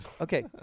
Okay